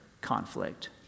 conflict